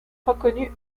reconnu